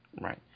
Right